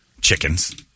Chickens